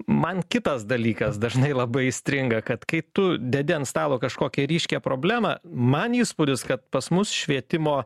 man kitas dalykas dažnai labai stringa kad kai tu dedi ant stalo kažkokį ryškią problemą man įspūdis kad pas mus švietimo